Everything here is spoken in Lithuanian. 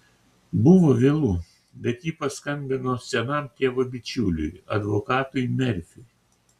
buvo vėlu bet ji paskambino senam tėvo bičiuliui advokatui merfiui